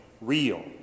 real